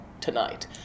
tonight